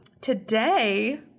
today